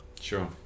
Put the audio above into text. sure